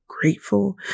grateful